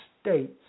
states